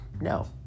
No